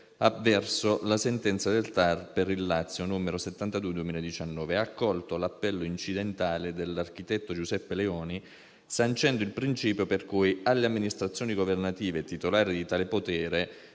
regionale per il Lazio n. 72 del 2019 e ha accolto l'appello incidentale dell'architetto Giuseppe Leoni, sancendo il principio per cui «alle amministrazioni governative titolari di tale potere